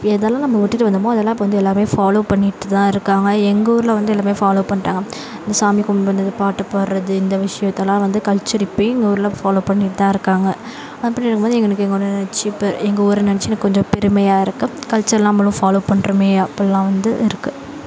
எதெல்லாம் நம்ம விட்டுவிட்டு வந்தோமோ அதெல்லாம் இப்போ வந்து எல்லாமே ஃபாலோ பண்ணிகிட்டு தான் இருக்காங்க எங்கள் ஊரில் வந்து எல்லாருமே ஃபாலோ பண்டாங்க இந்த சாமி கும்பிட்றது பாட்டு பாட்றது இந்த விஷ்யம் இதெலாம் வந்து கல்ச்சர் இப்போயும் எங்கள் ஊரில் ஃபாலோ பண்ணிகிட்டு தான் இருக்காங்க அப்படி இருக்கும் போது எங்களுக்கு எங்கள் ஊறை நினச்சி எங்கள் ஊரை நினச்சி எனக்கு கொஞ்சம் பெருமையாக இருக்கு கல்ச்சர் நம்புளும் ஃபாலோ பண்ணுறோமே அப்புல்லாம் வந்து இருக்கு